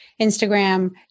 Instagram